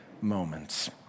moments